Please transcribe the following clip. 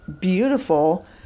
beautiful